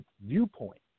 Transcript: viewpoint